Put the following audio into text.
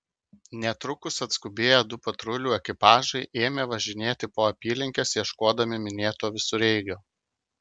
netrukus atskubėję du patrulių ekipažai ėmė važinėti po apylinkes ieškodami minėto visureigio